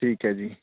ਠੀਕ ਹੈ ਜੀ